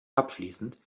abschließend